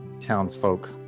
townsfolk